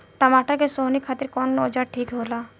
टमाटर के सोहनी खातिर कौन औजार ठीक होला?